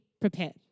prepared